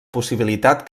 possibilitat